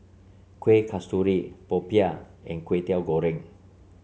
Kuih Kasturi popiah and Kway Teow Goreng